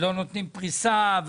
שלא נותנים פריסה,